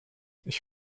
ich